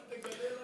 רק תגלה לנו,